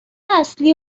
اصلی